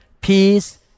peace